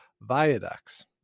viaducts